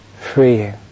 freeing